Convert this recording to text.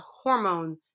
hormone